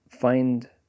find